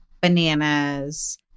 bananas